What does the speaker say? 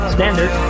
Standard